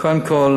קודם כול,